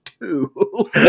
two